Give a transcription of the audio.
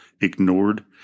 ignored